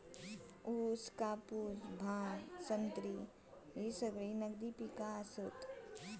ऊस, कापूस, भांग, संत्री ही सगळी नगदी पिका आसत